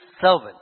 servant